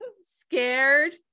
Scared